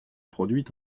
produit